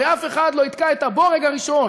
הרי אף אחד לא יתקע את הבורג הראשון